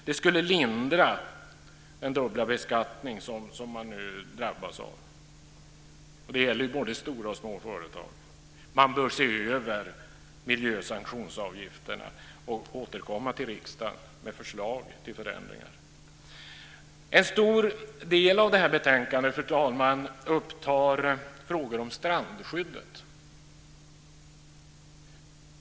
Det skulle lindra den dubbla beskattning som man nu drabbas av. Det gäller både stora och små företag. Man bör se över miljösanktionsavgifterna och återkomma till riksdagen med förslag till förändringar. En stor del av betänkandet, fru talman, upptar frågor om strandskyddet.